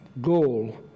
goal